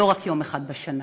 לא רק יום אחד בשנה.